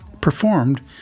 performed